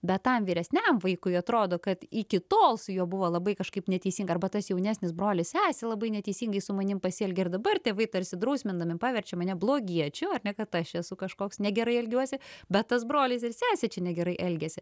bet tam vyresniam vaikui atrodo kad iki tol su juo buvo labai kažkaip neteisinga arba tas jaunesnis brolis sesė labai neteisingai su manim pasielgė ir dabar tėvai tarsi drausmindami paverčia mane blogiečiu ar ne kad aš esu kažkoks negerai elgiuosi bet tas brolis ir sesė čia negerai elgiasi